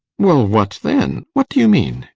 well, what then? what do you mean?